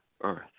Earth